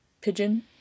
pigeon